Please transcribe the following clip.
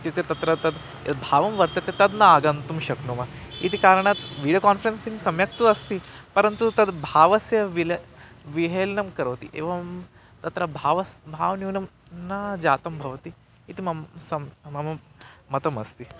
इत्युक्ते तत्र तद् यद्भावं वर्तते तद् न आगन्तुं शक्नुमः इति कारणात् वीडियो कान्फ़रेन्सिङ्ग् सम्यक् तु अस्ति परन्तु तद्भावस्य विल विहेलनं करोति एवं तत्र भावः भावन्यूनं न जातं भवति इति मम सम् मम मतमस्ति